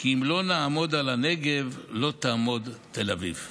"אם לא נעמוד על הנגב לא תעמוד תל אביב".